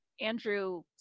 andrew